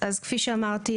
כפי שאמרתי,